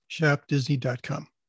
shopdisney.com